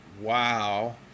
WOW